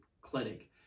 clinic